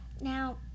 Now